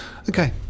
Okay